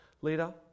leader